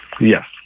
Yes